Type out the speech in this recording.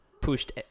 pushed